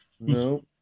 no